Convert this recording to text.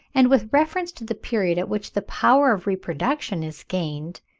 and, with reference to the period at which the power of reproduction is gained,